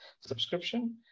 subscription